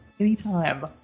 Anytime